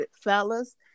fellas